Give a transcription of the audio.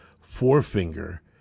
forefinger